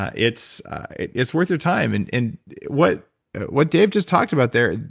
ah it's it's worth your time. and and what what dave just talked about there,